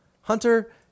Hunter